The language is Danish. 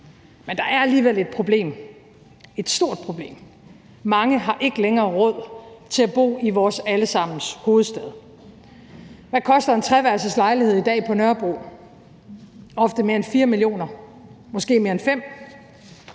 Men der er alligevel et problem, et stort problem: Mange har ikke længere råd til at bo i vores alle sammens hovedstad. Hvad koster en treværelseslejlighed på Nørrebro i dag? Ofte mere end 4 mio. kr., måske mere end 5